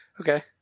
Okay